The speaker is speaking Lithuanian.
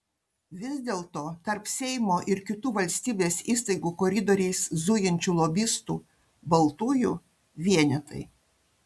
vis dėlto tarp seimo ir kitų valstybės įstaigų koridoriais zujančių lobistų baltųjų vienetai